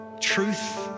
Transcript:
truth